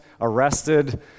arrested